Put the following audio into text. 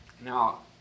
Now